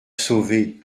sauvé